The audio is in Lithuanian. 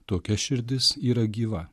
tokia širdis yra gyva